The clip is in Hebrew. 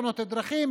בתאונות דרכים,